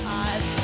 eyes